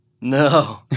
No